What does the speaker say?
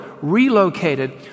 relocated